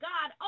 God